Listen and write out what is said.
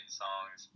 songs